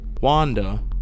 Wanda